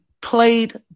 played